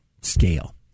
scale